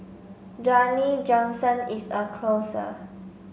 Dwayne Johnson is a closer